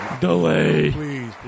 Delay